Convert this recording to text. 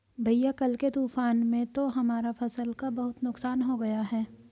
भैया कल के तूफान में तो हमारा फसल का बहुत नुकसान हो गया